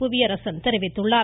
புவியரசன் தெரிவித்துள்ளார்